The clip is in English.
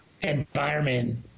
environment